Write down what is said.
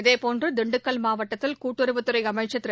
இதேபோன்று தின்டுக்கல் மாவட்டத்தில் கூட்டுறவுத்துறை அளம்ச்சர் திரு